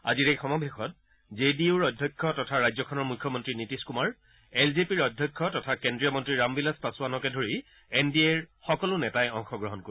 আজিৰ এই সমাবেশত জে ডি ইউৰ অধ্যক্ষ তথা মুখ্যমন্ত্ৰী নিতীশ কুমাৰ এল জে পিৰ অধ্যক্ষ তথা কেন্দ্ৰীয় মন্ত্ৰী ৰাম বিলাস পাছোৱানকে ধৰি এন ডি এৰ সকলো নেতাই অংশগ্ৰহণ কৰিব